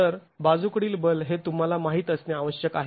तर बाजूकडील बल हे तुंम्हाला माहीत असणे आवश्यक आहे